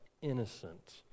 innocent